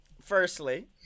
firstly